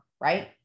right